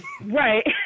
Right